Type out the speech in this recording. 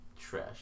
trash